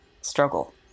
struggle